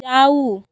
যাউ